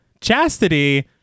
chastity